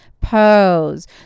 pose